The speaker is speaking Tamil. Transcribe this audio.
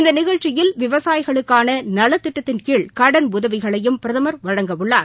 இந்த நிகழ்ச்சியில் விவசாயிகளுக்கான நலத்திட்டத்தின் கீழ் கடன் உதவிகளையும் பிரதமர் வழங்கவுள்ளார்